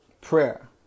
Prayer